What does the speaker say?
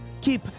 Keep